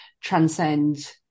transcend